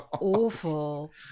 awful